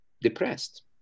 depressed